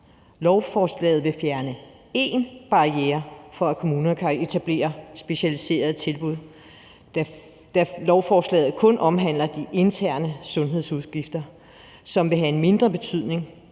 Lovforslaget vil fjerne én barriere for, at kommunerne kan etablere specialiserede tilbud, da lovforslaget kun omhandler de interne sundhedsudgifter, som vil have en mindre betydning,